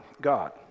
God